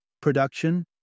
production